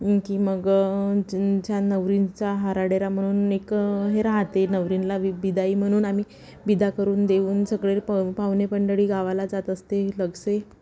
की मग छान नवरींचा हाराडेरा म्हणून एक हे राहते नवरींला वि बिदाई म्हणून आम्ही विदा करून देऊन सगळे पा पाहुणे मंडळी गावाला जात असते लगसे